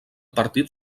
partit